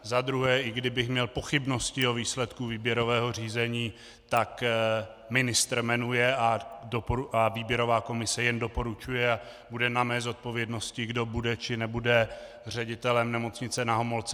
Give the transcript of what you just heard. Za druhé i kdybych měl pochybnosti o výsledku výběrového řízení, tak ministr jmenuje a výběrová komise jen doporučuje a bude na mé zodpovědnosti, kdo bude, či nebude ředitelem Nemocnice Na Homolce.